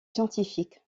scientifiques